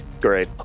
Great